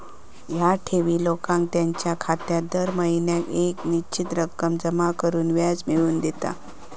ह्या ठेवी लोकांका त्यांच्यो खात्यात दर महिन्याक येक निश्चित रक्कम जमा करून व्याज मिळवून देतत